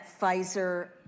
Pfizer